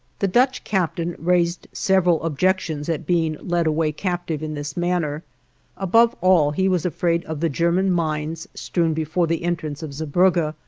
the dutch captain raised several objections at being led away captive in this manner above all he was afraid of the german mines strewn before the entrance of zeebrugge,